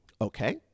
Okay